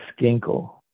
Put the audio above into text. Skinkle